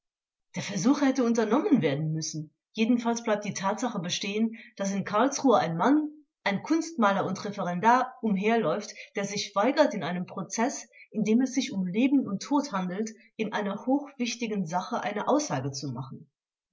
der versuch hätte unternommen werden müssen jedenfalls bleibt die tatsache bestehen daß in karlsruhe ein mann ein kunstmaler und referendar umherläuft der sich weigert in einem prozeß in dem es sich um leben und tod handelt in einer hochwichtigen sache eine aussage zu machen